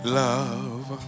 love